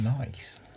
Nice